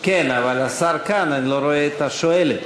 כן, השר כאן, אבל אני לא רואה את השואלת.